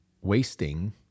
wasting